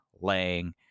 laying